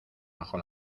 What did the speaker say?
bajo